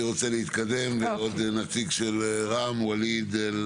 אני רוצה להתקדם עם עוד נציג של רע"מ, ואליד אל